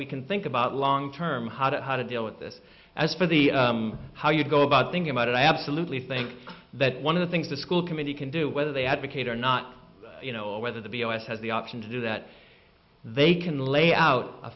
we can think about long term how to how to deal with this as for the how you go about thinking about it i absolutely think that one of the things the school committee can do whether they advocate or not or whether the b o s has the option to do that they can lay out a